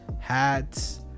hats